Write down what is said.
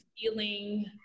feeling